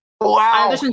wow